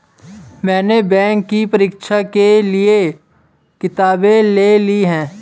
मैने बैंक के परीक्षा के लिऐ किताबें ले ली हैं